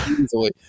easily